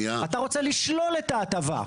אתה רוצה לשלול את ההטבה.